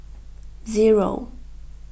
zero